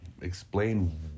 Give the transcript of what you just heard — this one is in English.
explain